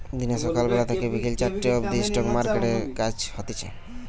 দিনে সকাল বেলা থেকে বিকেল চারটে অবদি স্টক মার্কেটে কাজ হতিছে